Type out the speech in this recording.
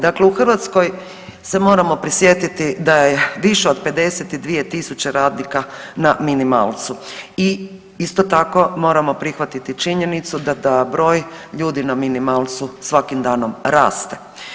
Dakle u Hrvatskoj se moramo prisjetiti da je više od 52 tisuće radnika na minimalcu i isto tako, moramo prihvatiti činjenicu da taj broj ljudi na minimalcu svakim danom raste.